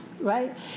right